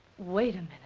wait and